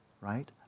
right